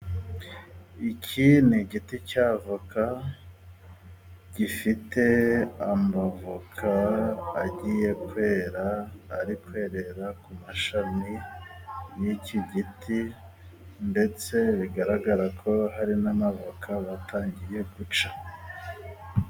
Iki ni igiti cya voka gifite amavoka agiye kwera ari kwerera ku mashami y'iki giti, ndetse bigaragarako hari n'amavoka batangiye guca.